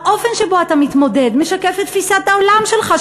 האופן שבו אתה מתמודד משקף את תפיסת העולם שלך,